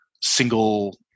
single